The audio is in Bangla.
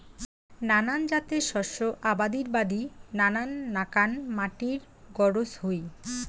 নানান জাতের শস্য আবাদির বাদি নানান নাকান মাটির গরোজ হই